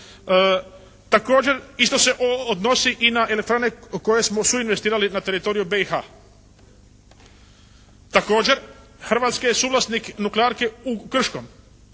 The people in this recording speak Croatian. Također, isto odnosi i na elektrane koje smo su investirali na teritoriju BiH. Također, Hrvatska je suvlasnik nuklearke u Krškom.